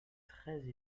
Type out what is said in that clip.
treize